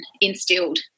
instilled